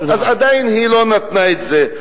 היא עדיין לא נתנה את זה.